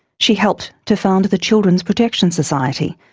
she helped to found the children's protection society,